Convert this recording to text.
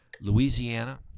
Louisiana